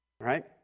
right